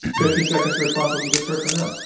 fifteen seconds to respond to what you just heard from them.